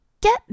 Get